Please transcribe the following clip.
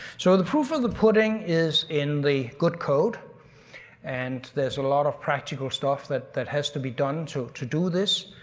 so the proof of the pudding is in the good code and there's a lot of practical stuff that that has to be done to to do this,